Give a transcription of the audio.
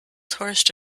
tourist